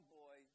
boy